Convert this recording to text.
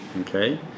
Okay